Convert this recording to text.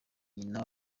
nyina